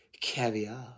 caviar